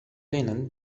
linen